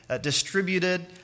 distributed